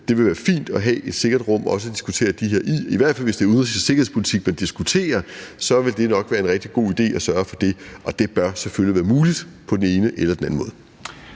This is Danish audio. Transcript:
det vil også være fint at have et sikkert rum at diskutere det her i. Det vil i hvert fald, hvis det er udenrigs- og sikkerhedspolitik, man diskuterer, nok være en rigtig god idé at sørge for det, og det bør selvfølgelig være muligt på den ene eller den anden måde.